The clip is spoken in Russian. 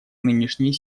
нынешней